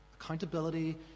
Accountability